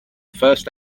first